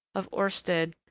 of oersted,